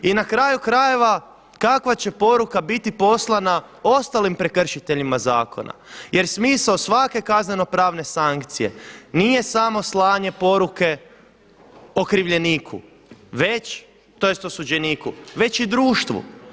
I na kraju krajeva kakva će poruka biti poslana ostalim prekršiteljima zakona jer smisao svake kazneno pravne sankcije nije samo slanje poruke okrivljeniku tj. osuđeniku već i društvu.